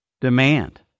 demand